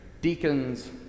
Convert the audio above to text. Deacons